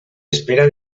espera